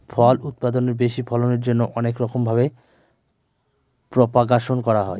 ফল উৎপাদনের বেশি ফলনের জন্যে অনেক রকম ভাবে প্রপাগাশন করা হয়